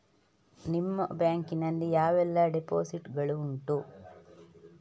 ನಿಮ್ಮ ಬ್ಯಾಂಕ್ ನಲ್ಲಿ ಯಾವೆಲ್ಲ ಡೆಪೋಸಿಟ್ ಗಳು ಉಂಟು?